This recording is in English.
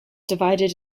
divided